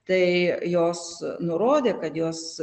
tai jos nurodė kad jos